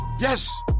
Yes